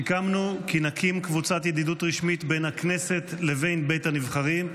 סיכמנו כי נקים קבוצת ידידות רשמית בין הכנסת לבין בית הנבחרים,